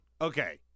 Okay